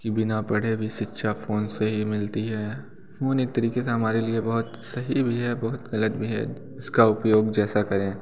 कि बिना पढ़े भी शिक्षा फ़ोन से ही मिलती हैं फ़ोन एक तरीक़े से हमारे लिए बहुत सही भी है बहुत ग़लत भी है इसका उपयोग जैसा करें